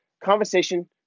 conversation